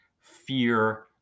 fear